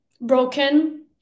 broken